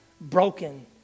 broken